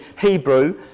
Hebrew